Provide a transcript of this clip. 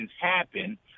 happen